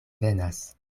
venas